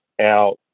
out